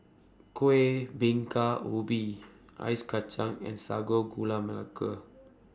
Kuih Bingka Ubi Ice Kacang and Sago Gula Melaka